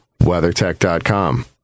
WeatherTech.com